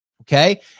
okay